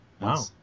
Wow